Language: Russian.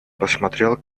посмотрел